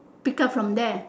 pick up from there